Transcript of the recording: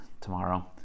tomorrow